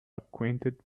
acquainted